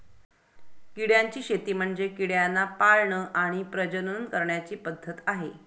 किड्यांची शेती म्हणजे किड्यांना पाळण आणि प्रजनन करण्याची पद्धत आहे